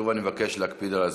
שוב, אני מבקש להקפיד על הזמן.